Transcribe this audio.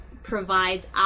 provides